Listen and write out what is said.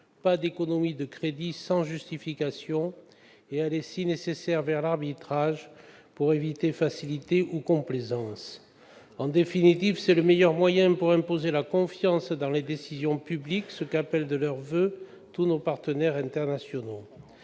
pas d'économies de crédits sans justifications et la volonté d'aller, si nécessaire, vers l'arbitrage pour éviter facilité ou complaisance. En définitive, c'est le meilleur moyen pour imposer la confiance dans les décisions publiques qu'appellent de leurs voeux tous nos partenaires internationaux.